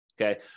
okay